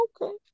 Okay